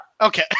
okay